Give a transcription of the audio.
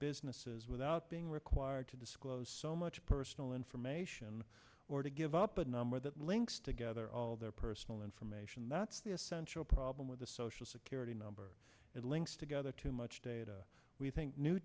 businesses without being required to disclose so much personal information or to give up a number that links together all their personal information that's the essential problem with the social security number it links together too much data we think new